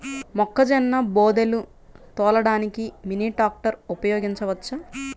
మొక్కజొన్న బోదెలు తోలడానికి మినీ ట్రాక్టర్ ఉపయోగించవచ్చా?